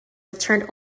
returned